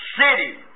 city